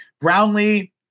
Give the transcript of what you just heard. Brownlee